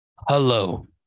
hello